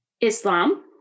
Islam